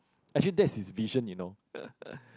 actually that is vision you know